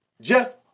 Jeff